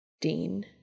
Dean